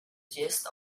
gist